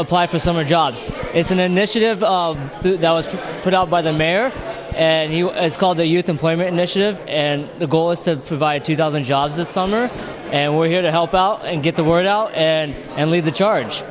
apply for summer jobs it's an initiative that was put out by the mayor and he was called the youth employment initiative and the goal is to provide two thousand jobs this summer and we're here to help out and get the word out and and lead the charge